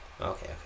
Okay